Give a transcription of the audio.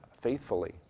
faithfully